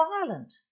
violent